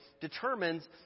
determines